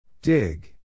Dig